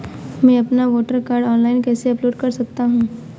मैं अपना voter card online कैसे अपलोड कर सकता हूँ?